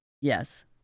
Yes